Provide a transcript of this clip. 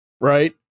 Right